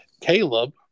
caleb